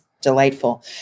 delightful